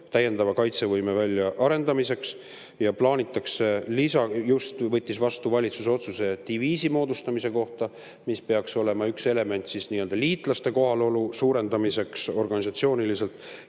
täiendava kaitsevõime väljaarendamiseks ja just võttis vastu valitsus otsuse diviisi moodustamise kohta, mis peaks olema üks element liitlaste kohalolu suurendamiseks organisatsiooniliselt.